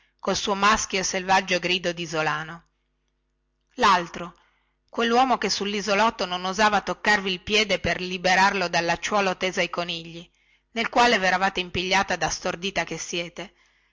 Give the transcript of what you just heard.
col suo maschio e selvaggio grido disolano laltro quelluomo che sullisolotto non osava toccarvi il piede per liberarlo dal lacciuolo teso ai conigli nel quale veravate impigliata da stordita che siete